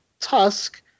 Tusk